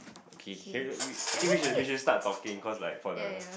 okay can you I think we should we should start talking cause like for the